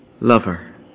lover